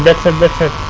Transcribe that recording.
but submitted